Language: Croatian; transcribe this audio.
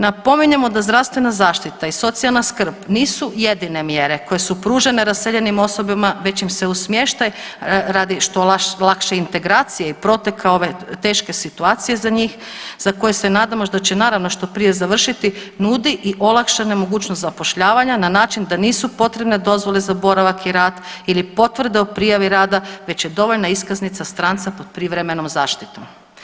Napominjemo da zdravstvena zaštita i socijalna skrb nisu jedine mjere koje su pružene raseljenim osobama već im se u smještaj radi što lakše integracije i proteka ove teške situacije za njih za koje se nadamo da će što prije završiti nudi i olakšana mogućnost zapošljavanja na način da nisu potrebne dozvole za boravak i rad ili potvrde o prijavi rada već je dovoljna iskaznica stranca pod privremenom zaštitom.